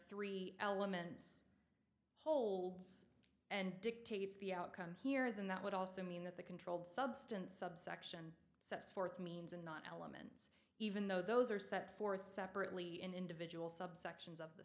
three elements holds and dictates the outcome here then that would also mean that the controlled substance subsection sets forth means and not elements even though those are set forth separately in individual subsets of the